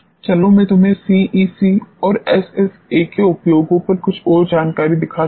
चलो मैं तुम्हें सीईसी और एसएसए के उपयोगों पर कुछ और जानकारी दिखाता हूँ